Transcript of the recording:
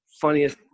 funniest